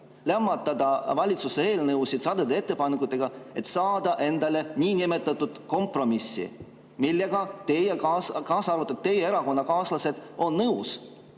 lämmatada valitsuse eelnõusid sadade ettepanekutega, et saada endale niinimetatud kompromiss, millega teie, kaasa arvatud teie erakonnakaaslased, olete nõus